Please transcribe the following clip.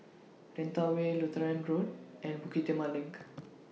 Lentor Way Lutheran Road and Bukit Timah LINK